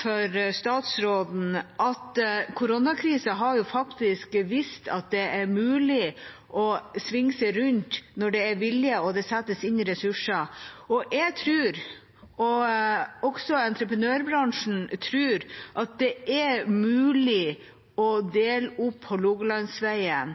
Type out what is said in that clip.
for statsråden at koronakrisen faktisk har vist at det er mulig å svinge seg rundt når det er vilje og det settes inn ressurser, og jeg tror, og også entreprenørbransjen tror, at det er mulig å dele opp Hålogalandsvegen